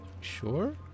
sure